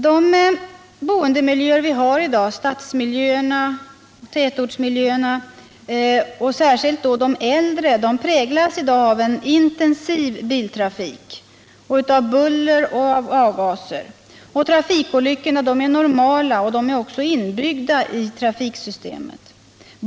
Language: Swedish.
De boendemiljöer vi har i dag — stadsmiljöerna, tätortsmiljöerna, och särskilt då de äldre — präglas av en intensiv biltrafik, buller och avgaser. Trafikolyckorna är normala och inbyggda i trafiksystemet.